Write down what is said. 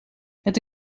het